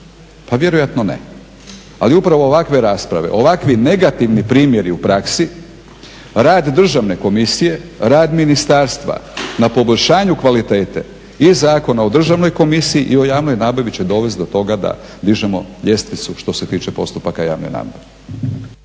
Pa vjerojatno ne, ali upravo ovakve rasprave, ovakvi negativni primjeri u praksi, rad državne komisije, rad ministarstva na poboljšanju kvalitete i Zakona o državnoj komisiji i o javnoj nabavi će dovesti do toga da dižemo ljestvicu što se tiče postupaka javne nabave.